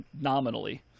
nominally